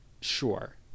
Sure